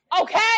Okay